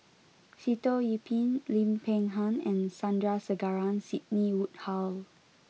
Sitoh Yih Pin Lim Peng Han and Sandrasegaran Sidney Woodhull